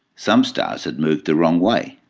some stars had moved the wrong way,